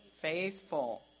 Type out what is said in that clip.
faithful